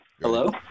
Hello